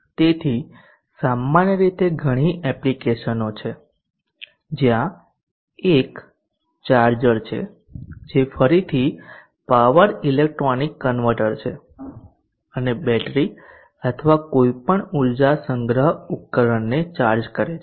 તેથી સામાન્ય રીતે ઘણી એપ્લિકેશનો છે જ્યાં એક ચાર્જર છે જે ફરીથી પાવર ઇલેક્ટ્રોનિક કન્વર્ટર છે અને બેટરી અથવા કોઈપણ ઊર્જા સંગ્રહ ઉપકરણને ચાર્જ કરે છે